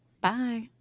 Bye